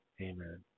Amen